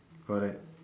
correct